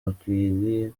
bakiriye